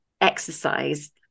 exercise